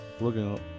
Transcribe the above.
looking